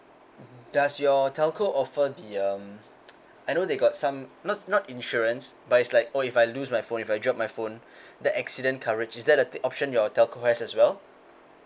does your telco offer the um I know they got some not not insurance but it's like oh if I lose my phone if I drop my phone the accident coverage is that a option your telco has as well